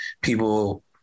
people